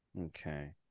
Okay